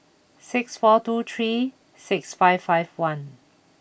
six four two three six five five one